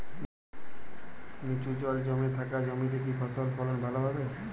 নিচু জল জমে থাকা জমিতে কি ফসল ফলন ভালো হবে?